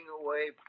away